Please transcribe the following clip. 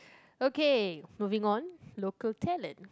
okay moving on local talent